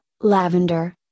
lavender